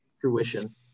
fruition